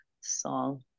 song